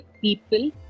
people